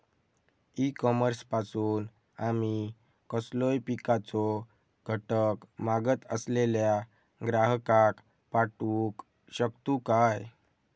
E commerce पासून आमी कसलोय पिकाचो घटक मागत असलेल्या ग्राहकाक पाठउक शकतू काय?